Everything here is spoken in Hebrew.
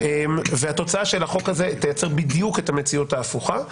והתוצאה של החוק הזה תייצר בדיוק את המציאות ההפוכה.